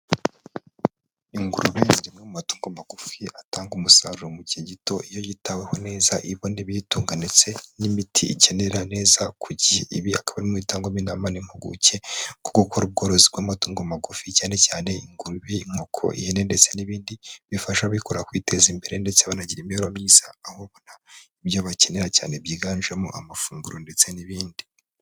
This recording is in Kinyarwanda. Ingurube ni zimwe m matungo magufi atanga umusaruro mu gihe gito, iyo yitaweho neza ibona biyitunga, ndetse n'imiti ikenera neza ku gihe, ibi akaba ari bimwe mubitangwamo inama n'impuguke, ko gukora ubworozi bw'amatungo magufi cyane cyane ingurube, inkoko, ihene ndetse n'ibindi bifasha abikora kwiteza imbere ndetse banagira imibereho myiza, aho bibaha ibyo bakenera cyane byiganjemo amafunguro ndetse n'ibindi.